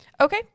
Okay